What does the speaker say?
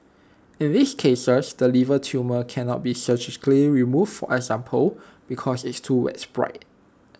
in these cases the liver tumour cannot be surgically removed example because it's too widespread